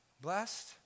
blessed